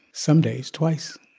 some days twice.